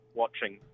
watching